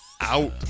Out